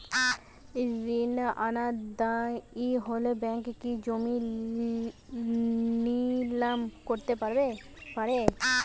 ঋণ অনাদায়ি হলে ব্যাঙ্ক কি জমি নিলাম করতে পারে?